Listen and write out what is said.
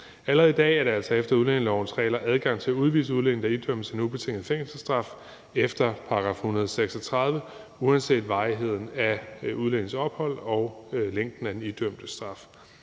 Allerede i dag er der altså efter udlændingelovens regler adgang til at udvise udlændinge, der idømmes en ubetinget fængselsstraf efter § 136 uanset varigheden af udlændingens ophold og længden af den idømte straf.